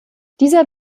dieser